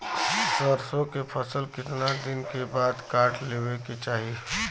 सरसो के फसल कितना दिन के बाद काट लेवे के चाही?